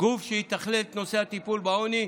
גוף שיתכלל את נושא הטיפול בעוני,